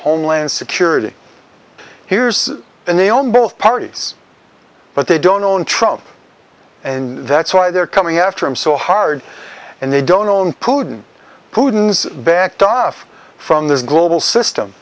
homeland security here's and they own both parties but they don't own trump and that's why they're coming after him so hard and they don't own putin who backed off from this global system